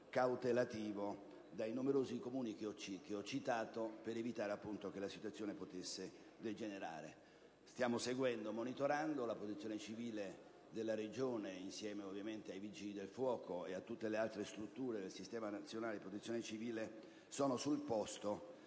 cautelativo, dai numerosi comuni che ho citato, per evitare che la situazione potesse degenerare. Stiamo seguendo e monitorando la vicenda. La protezione civile della regione e ovviamente i Vigili del fuoco e tutte le altre strutture del sistema nazionale di protezione civile sono sul posto